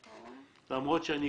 אלי,